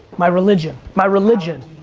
my religion. my religion.